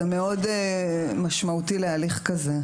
זה מאוד משמעותי להליך כזה.